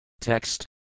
Text